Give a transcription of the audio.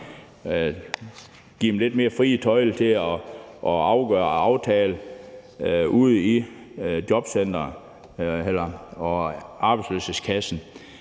give dem lidt mere frie tøjler til at afgøre og aftale ude i jobcenteret og arbejdsløshedskassen,